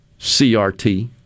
CRT